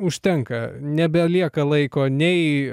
užtenka nebelieka laiko nei